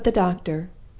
but the doctor,